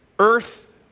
Earth